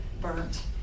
burnt